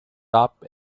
top